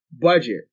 budget